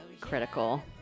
critical